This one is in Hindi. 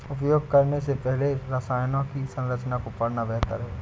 उपयोग करने से पहले रसायनों की संरचना को पढ़ना बेहतर है